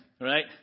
Right